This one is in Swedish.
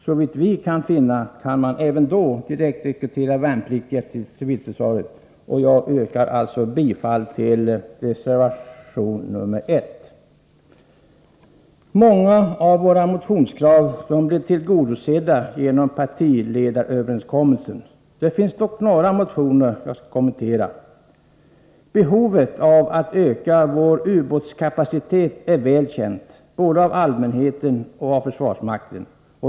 Såvitt vi kan finna kan man även då direktrekrytera värnpliktiga till civilförsvaret. Jag yrkar bifall till reservation nr 1. Många av våra motionskrav blev tillgodosedda genom partiledaröverenskommelsen. Det finns dock några motioner som jag skall kommentera. Behovet av att öka vår ubåtsjaktkapacitet är väl känt, både av allmänheten och av försvarsmakten.